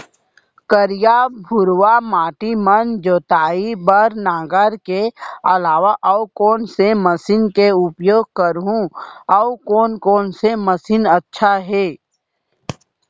करिया, भुरवा माटी म जोताई बार नांगर के अलावा अऊ कोन से मशीन के उपयोग करहुं अऊ कोन कोन से मशीन अच्छा है?